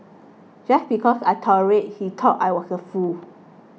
just because I tolerated he thought I was a fool